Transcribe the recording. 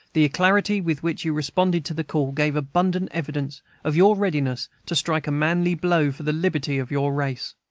the alacrity with which you responded to the call gave abundant evidence of your readiness to strike a manly blow for the liberty of your race.